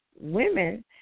women